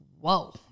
whoa